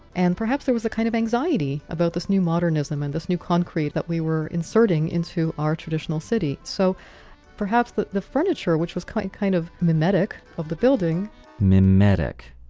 and perhaps there was a kind of anxiety about this new modernism and this new concrete that we were inserting into our traditional city. so perhaps perhaps the furniture, which was kind kind of mimetic of the building mimetic